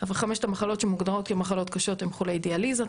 אבל חמשת המחלות שמוגדרות כמחלות קשות הן חולי דיאליזה,